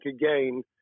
again